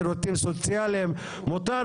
נושא של שירותי בריאות זה נושא